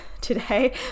today